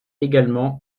également